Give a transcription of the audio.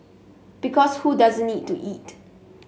because who doesn't need to eat